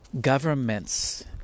Governments